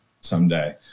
someday